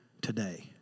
today